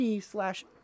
slash